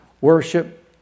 worship